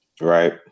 Right